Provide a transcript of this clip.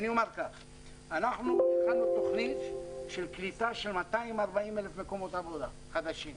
אנחנו הכנו תוכנית קליטה של 240,000 מקומות עבודה חדשים.